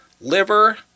liver